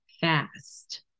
fast